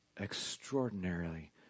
extraordinarily